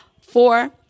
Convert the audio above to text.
Four